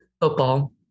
football